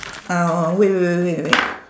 uh wait wait wait wait wait